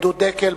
גדוד "דקל".